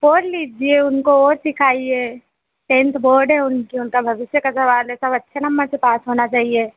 और लीजिए उनको और सिखाइए टेंथ बोर्ड है उनका उनके भविष्य का सवाल है सब अच्छे नंबर से पास होना चाहिए